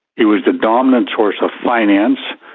it was the dominant source of finance.